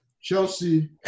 Chelsea